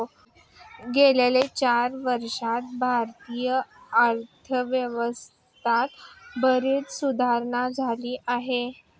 गेल्या चार वर्षांत भारतीय अर्थव्यवस्थेत बरीच सुधारणा झाली आहे